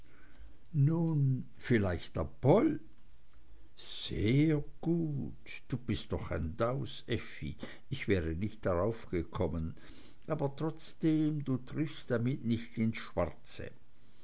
vielleicht apollo sehr gut du bist doch ein daus effi ich wäre nicht darauf gekommen aber trotzdem du triffst damit nicht ins schwarze